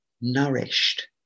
nourished